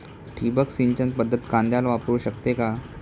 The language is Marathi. ठिबक सिंचन पद्धत कांद्याला वापरू शकते का?